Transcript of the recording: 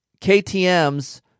KTM's